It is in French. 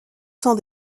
sont